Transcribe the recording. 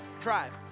drive